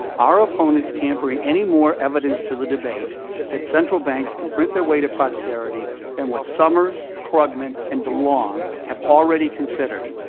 our opponents can't bring any more evidence to the debate that central banks can print their way to prosperity than what summers, krugman, and delong have already considered.